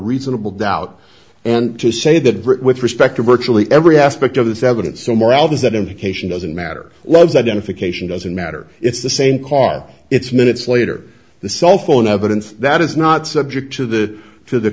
reasonable doubt and to say that britt with respect to virtually every aspect of this evidence so more albums that implication doesn't matter loves identification doesn't matter it's the same car it's minutes later the cell phone evidence that is not subject to the to the